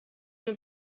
mir